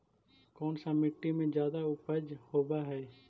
कोन सा मिट्टी मे ज्यादा उपज होबहय?